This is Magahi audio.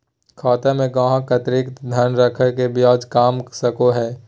खाता में ग्राहक अतिरिक्त धन रख के ब्याज कमा सको हइ